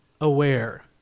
aware